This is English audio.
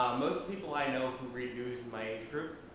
most people i know who read news in my age group,